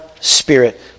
Spirit